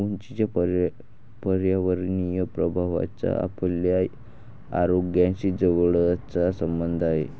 उंचीच्या पर्यावरणीय प्रभावाचा आपल्या आरोग्याशी जवळचा संबंध आहे